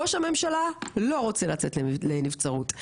ראש הממשלה לא רוצה לצאת לנבצרות,